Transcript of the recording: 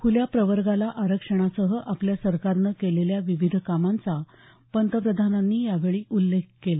खुल्या प्रवर्गाला आरक्षणासह आपल्या सरकारनं केलेल्या विविध कामांचा पंतप्रधानांनी उल्लेख केला